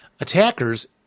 attackers